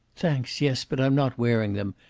thanks, yes. but i'm not wearing them.